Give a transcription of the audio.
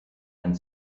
and